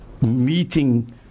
meeting